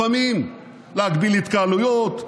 לפעמים להגביל התקהלויות,